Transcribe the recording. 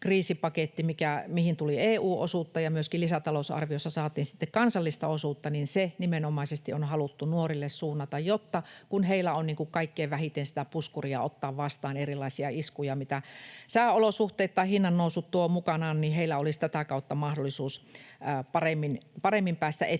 kriisipaketti, mihin tuli EU-osuutta ja myöskin lisäta-lousarviossa saatiin sitten kansallista osuutta, on nimenomaisesti haluttu suunnata nuorille, jotta, kun heillä on kaikkein vähiten sitä puskuria ottaa vastaan erilaisia iskuja, mitä sääolosuhteet tai hinnannousu tuovat mukanaan, heillä olisi tätä kautta mahdollisuus paremmin päästä eteenpäin.